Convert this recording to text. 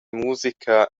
musica